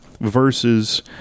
versus –